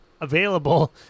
available